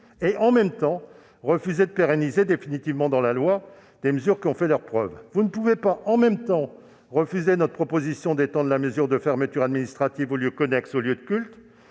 aux djihadistes et refuser de pérenniser définitivement dans la loi des mesures qui ont fait leurs preuves. Vous ne pouvez pas en même temps refuser notre proposition d'étendre la mesure de fermeture administrative aux lieux connexes aux lieux de culte